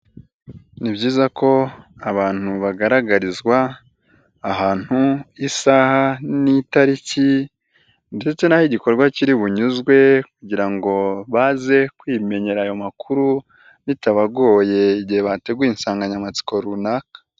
Ni byiza ko abantu bagaragarizwa ahantu, isaha n'itariki ndetse n'aho igikorwa kiribunyuzwe, kugira ngo baze kwimenyera ayo makuru, bitabagoye igihe bateguye insanganyamatsiko runaka.